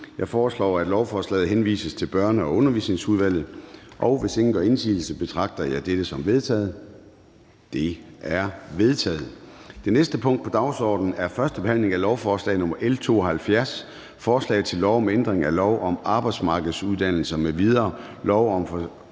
Jeg foreslår, at lovforslaget henvises til Børne- og Undervisningsudvalget. Hvis ingen gør indsigelse, betragter jeg dette som vedtaget. Det er vedtaget. --- Det næste punkt på dagsordenen er: 16) 1. behandling af lovforslag nr. L 72: Forslag til lov om ændring af lov om arbejdsmarkedsuddannelser m.v.,